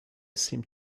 seemed